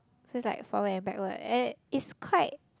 so it's like forward and backward and it's quite